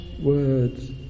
words